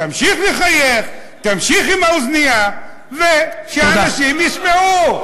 תמשיך לחייך, תמשיך עם האוזנייה, ושהאנשים ישמעו.